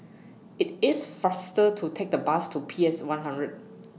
IT IS faster to Take The Bus to P S one hundred